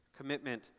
Commitment